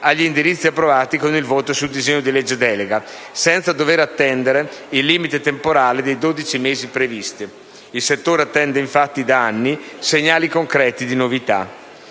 agli indirizzi approvati con il voto sul disegno di legge delega, senza dover attendere il limite temporale dei dodici mesi previsto. Il settore attende, infatti, da anni segnali concreti di novità.